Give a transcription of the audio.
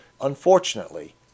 unfortunately